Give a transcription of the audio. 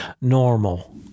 normal